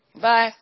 Bye